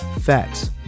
facts